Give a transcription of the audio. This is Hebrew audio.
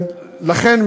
לכן,